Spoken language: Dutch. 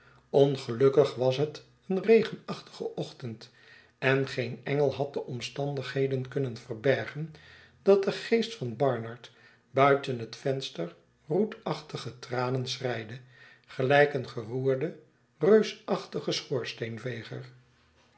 ongelukkig was het een regenachtige ochtend en geen engel had de omstandigheid kunnen verbergen dat de geest van barnard buiten het venster roetachtige tranen schreide gelijk een geroerde reusachtige